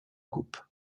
coupe